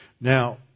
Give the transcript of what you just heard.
Now